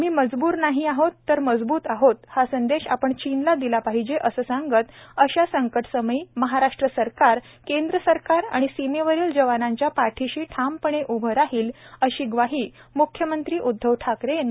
आम्ही मजबूर नाही आहोत तर मजबूत आहोत हा संदेश आपण चीनला दिला पाहिजे असं सांगत अशा संकटसमयी महाराष्ट्र सरकार केंद्र सरकार आणि सीमेवरील जवानांच्या पाठीशी ठामपणे उभं राहील अशी ग्वाही म्ख्यमंत्री उदधव ठाकरे यांनी दिली आहे